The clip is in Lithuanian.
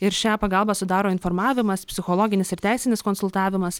ir šią pagalbą sudaro informavimas psichologinis ir teisinis konsultavimas